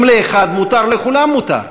אם לאחד מותר, לכולם מותר.